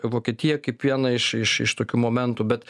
vokietija kaip vieną iš iš iš tokių momentų bet